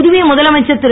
புதுவை முதலமைச்சர் திரு